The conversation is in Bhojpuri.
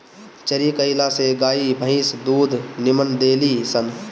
चरी कईला से गाई भंईस दूध निमन देली सन